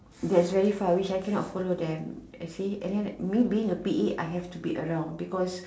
thats very far which I cannot follow them you see me being a P_A I have to be around because